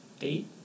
Eight